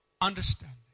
understanding